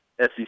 SEC